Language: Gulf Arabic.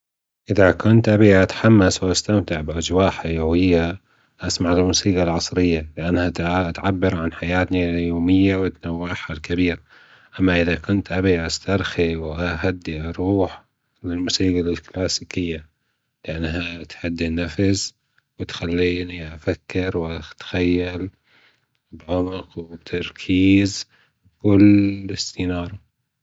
أذا كنت بأتحمس واستمتع باجواء حيوية أسمع الموسيقه العصرية فأنة تعبر عن حياتنا اليومية - الكبير اما أذا كنت ابى أسترخى وأهدى الروح الموسيقه الكلاسيكية لانها تهدى ألنفس وتخلينى أفكر وأتخيل بعمق وبتركيز وبكل استنارة